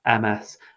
MS